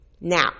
Now